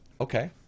Okay